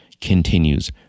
continues